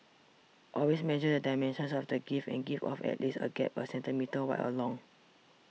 always measure the dimensions of the gift and give off at least a gap a centimetre wide or long